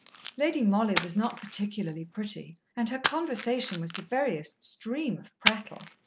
lady mollie was not particularly pretty, and her conversation was the veriest stream of prattle.